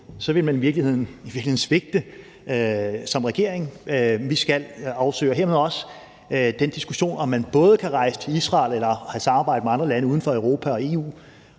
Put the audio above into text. ville man i virkeligheden svigte som regering. Vi skal afsøge alt. Og det gælder hermed også den diskussion om, om man både kan rejse til Israel eller have samarbejde med andre lande uden for Europa og EU